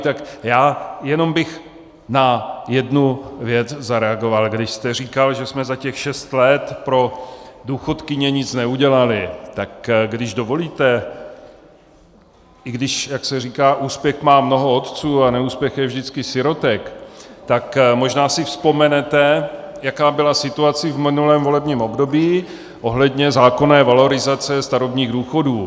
Tak já jenom bych na jednu věc zareagoval, když jste říkal, že jsme za těch šest let pro důchodkyně nic neudělali, tak když dovolíte, i když, jak se říká, úspěch má mnoho otců a neúspěch je vždycky sirotek, tak možná si vzpomenete, jaká byla situace v minulém volebním období ohledně zákonné valorizace starobních důchodů.